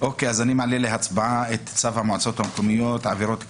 אז אני מעלה להצבעה את צו המועצות המקומיות (עבירות קנס),